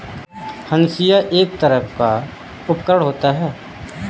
हंसिआ एक तरह का उपकरण होता है